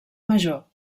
major